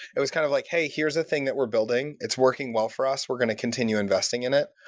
it was kind of like, hey, here is a thing that we're building. it's working well for us. we're going to continue investing in it.